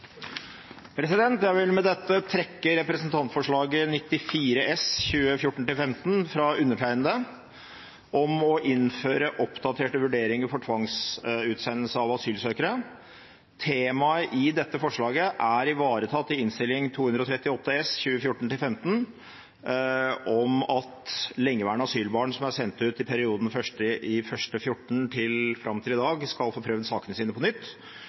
Jeg vil med dette trekke representantforslag 8:94 S for 2014–2015 fra undertegnede om å innføre oppdaterte vurderinger før tvangsutsendelse av asylsøkere. Temaet i dette forslaget er ivaretatt i Innst. 238 S for 2014–2015 om at lengeværende asylbarn som er sendt ut i perioden 1. januar 2014 og fram til i dag, skal få prøve sakene sine på nytt.